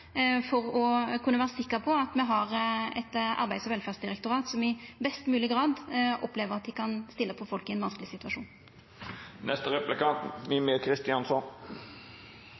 for å kunna vera sikker på at me har eit arbeids- og velferdsdirektorat som i best mogleg grad opplever at dei kan stilla opp for folk i ein vanskeleg